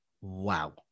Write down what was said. wow